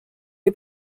est